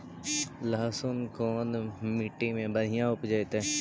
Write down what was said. लहसुन कोन मट्टी मे बढ़िया उपजतै?